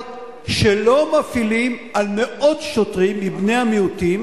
שלא מפעילים על מאות שוטרים מבני המיעוטים